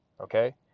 okay